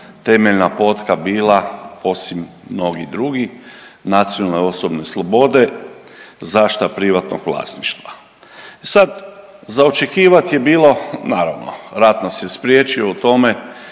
temeljna potka bila osim mnogih drugih nacionalne osobne slobode, zaštita privatnog vlasništva. Sad za očekivati je bilo, naravno rat nas je spriječio u tome,